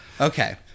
Okay